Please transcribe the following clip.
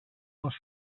les